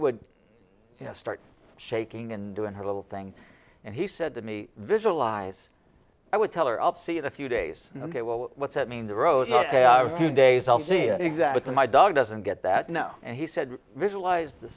would start shaking and doing her little thing and he said to me visualize i would tell her up see it a few days ok well what's that mean the road they are few days i'll see exactly my dog doesn't get that no and he said visualize th